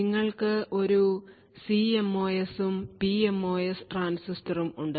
നിങ്ങൾക്ക് ഒരു എൻഎംഒഎസും പിഎംഒഎസ് ട്രാൻസിസ്റ്ററും ഉണ്ട്